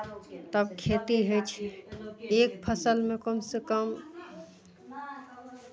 तब खेती होइ छै एक फसलमे कमसँ कम